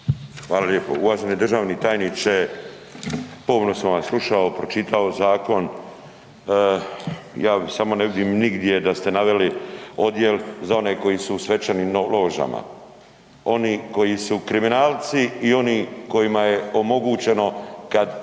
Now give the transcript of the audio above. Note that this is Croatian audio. Hvala lijepo. Uvaženi državni tajniče, pomno sam vas slušao, pročitao zakon, ja samo ne vidim nigdje da ste naveli odjel za one koji su u svečanim ložama, oni koji su kriminalci i oni kojima je omogućeno kad